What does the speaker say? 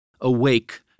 awake